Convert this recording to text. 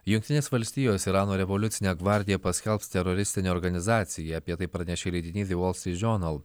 jungtinės valstijos irano revoliucinę gvardiją paskelbs teroristine organizacija apie tai pranešė leidinys ve vol stryt džiornal